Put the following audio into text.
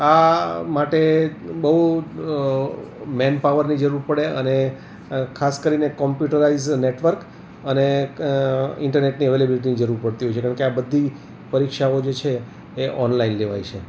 આ માટે બહુ મેનપાવરની જરૂર પડે અને ખાસ કરીને કમ્પ્યુટરાઈજ નેટવર્ક અને ઇન્ટરનેટની અવેબીલીટી ની જરૂર પડતી હોય છે કેમ કે આ બધી પરીક્ષાઓ જે છે એ ઓનલાઇન લેવાય છે